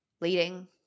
leading